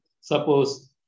Suppose